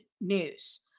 news